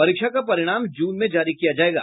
परीक्षा का परिणाम जून में जारी किया जायेगा